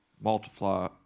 Multiply